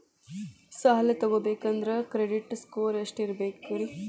ಸಾಲ ತಗೋಬೇಕಂದ್ರ credit score ಎಷ್ಟ ಇರಬೇಕ್ರಿ?